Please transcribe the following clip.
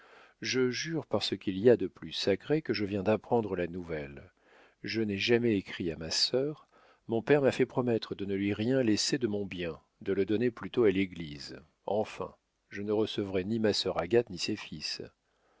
je jure par ce qu'il y a de plus sacré que je viens d'apprendre la nouvelle je n'ai jamais écrit à ma sœur mon père m'a fait promettre de ne lui rien laisser de mon bien de le donner plutôt à l'église enfin je ne recevrai ni ma sœur agathe ni ses fils